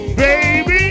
baby